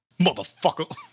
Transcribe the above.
Motherfucker